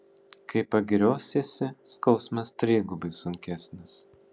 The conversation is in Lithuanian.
kai pagiriosiesi skausmas trigubai sunkesnis